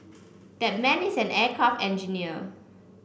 that man is an aircraft engineer